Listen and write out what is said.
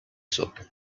soup